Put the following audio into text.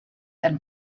and